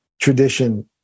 tradition